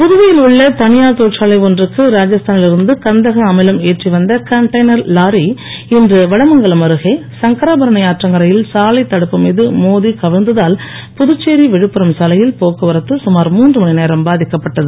புதுவை யில் உள்ள தனியார் தொழிற்சாலை ஒன்றுக்கு ராஜஸ்தானில் இருந்து கந்தக அமிலம் ஏற்றிவந்த கன்டெய்னர் லாரி இன்று வடமங்கலம் அருகே சங்கராபரணி ஆற்றங்கரையில் சாலைத் தடுப்பு மீது மோதி கவிழ்ந்ததால் புதுச்சேரி விழுப்புரம் சாலையில் போக்குவரத்து சுமார் பாதிக்கப்பட்டது